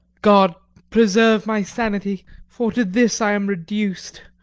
god preserve my sanity, for to this i am reduced.